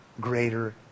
greater